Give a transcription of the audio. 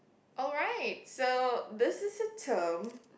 alright so this is a term